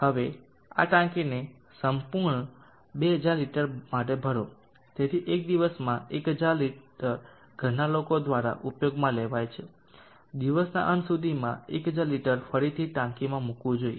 હવે આ ટાંકીને સંપૂર્ણ 2000 લિટર માટે ભરો તેથી એક દિવસમાં 1000 લિટર ઘરના લોકો દ્વારા ઉપયોગમાં લેવાય છે દિવસના અંત સુધીમાં 1000 લિટર ફરીથી ટાંકીમાં મૂકવું જોઈએ